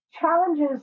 challenges